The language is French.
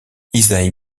isaïe